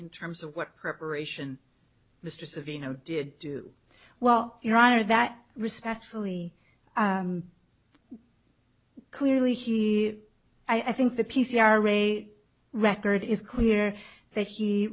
in terms of what preparation mistress of you know did do well your honor that respectfully clearly he i think the p c r re record is clear that he